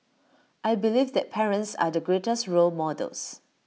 I believe that parents are the greatest role models